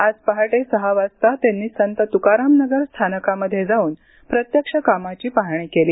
आज पहाटे सहा वाजता त्यांनी संत तुकाराम नगर स्थानकामध्ये जाऊन प्रत्यक्ष कामाची पाहणी केली